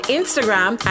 Instagram